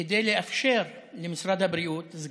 כדי לאפשר למשרד הבריאות.